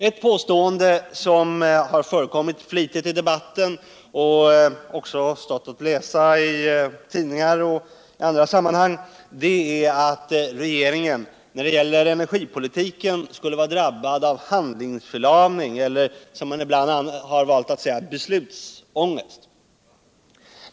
Ett påstående som förekommit flitigt i debatten och också stått att läsa i tidningar och andra sammanhang är att regeringen när det gäller energipolitiken skulle vara drabbad av handlingsförlamning eller, som man ibland valt att säga, beslutsångest.